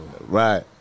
Right